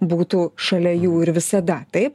būtų šalia jų ir visada taip